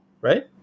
Right